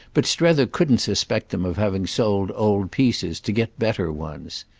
but strether couldn't suspect them of having sold old pieces to get better ones.